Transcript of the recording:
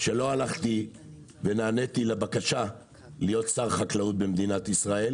שלא הלכתי ונעניתי לבקשה להיות שר חקלאות במדינת ישראל